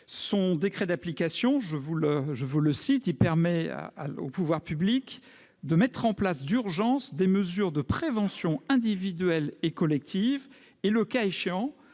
Son décret d'application permet aux pouvoirs publics de mettre en place d'urgence des mesures de prévention individuelle et collective et, le cas échéant,